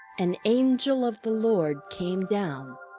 an angel of the lord came down,